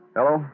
Hello